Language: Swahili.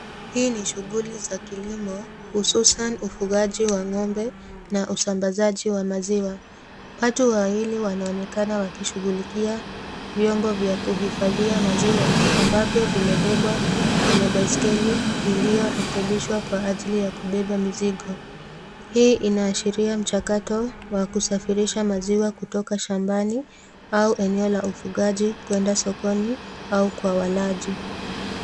Hii ni shughuli za kilimo, hususa ufugaji wa ng'ombe na usambazaji wa maziwa. Watu wawili wanaonekana wakishughulikia vyombo vya kuhifadhia maziwa, ambavyo vimebebwa kwenye baiskeli iliyorekebishwa kwa ajili ya kubeba mizigo. Hii inaashiria mchakato wa kusafirisha maziwa kutoka shambani, au eneo la ufugaji kuenda sokoni au kwa walaji.